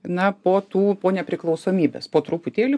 na po tų po nepriklausomybės po truputėlį